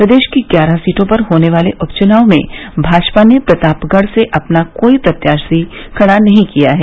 प्रदेश की ग्यारह सीटों पर होने वाले उपचुनाव में भाजपा ने प्रतापगढ़ से अपना कोई प्रत्याशी खड़ा नहीं किया है